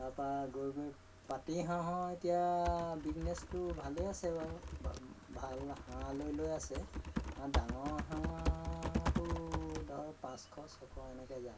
তাৰপৰা গৈ গৈ পাতি হাঁহৰ এতিয়া বিগনেছটো ভালেই আছে বাৰু ভাল হাঁহ লৈ লৈ আছে ডাঙৰ হাঁহটো ধৰ পাঁচশ ছশ এনেকৈ যায়